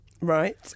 Right